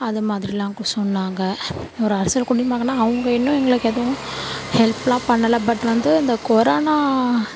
அதுமாதிரிலாம் கூட சொன்னாங்க ஒரு அரசியல் குடிமகனாக அவங்க இன்னும் எங்களுக்கு எதுவும் ஹெல்ப்லாம் பண்ணலை பட் வந்து இந்த கொரோனா